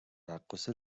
رقاص